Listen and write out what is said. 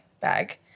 bag